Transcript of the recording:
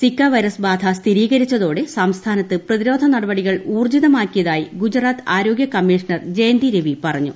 Zika virus ബാധ സ്ഥിരീകരിച്ചതോടെ സംസ്ഥാനത്ത് പ്രതിരോധനടപടികൾ ഊർജിതമാക്കിയതായി ഗുജറാത്ത് ആരോഗൃ കമ്മിഷണർ ജയന്തി രവി പറഞ്ഞു